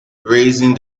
raising